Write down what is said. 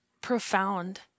profound